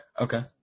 okay